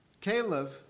Caleb